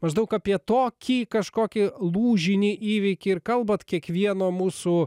maždaug apie tokį kažkokį lūžinį įvykį ir kalbat kiekvieno mūsų